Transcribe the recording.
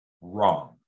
wrong